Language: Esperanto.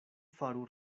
faru